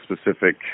specific